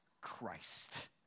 Christ